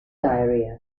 diarrhea